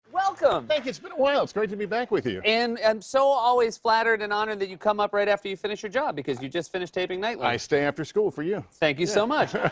welcome. thank you. it's been a while. it's great to be back with you. and i'm so always flattered and honored that you come up right after you finish your job, because you just finished taping nightly. i stay after school for you. thank you so much.